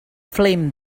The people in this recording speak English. flame